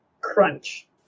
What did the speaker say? crunch